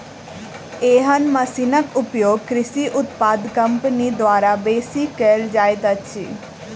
एहन मशीनक उपयोग कृषि उत्पाद कम्पनी द्वारा बेसी कयल जाइत अछि